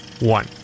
one